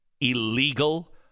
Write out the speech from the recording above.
illegal